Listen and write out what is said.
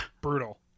brutal